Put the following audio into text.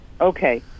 Okay